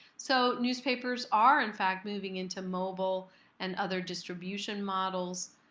so newspapers are in fact moving into mobile and other distribution models,